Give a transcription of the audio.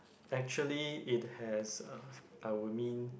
actually it has uh I would mean